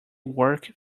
work